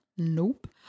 Nope